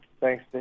Thanks